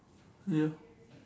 ya